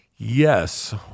Yes